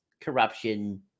corruption